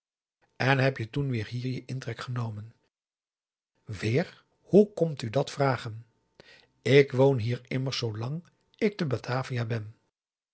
en heb je toen weer hier je intrek genomen weer hoe komt u dat te vragen ik woon hier immers zoolang ik te batavia ben